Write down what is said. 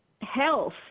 health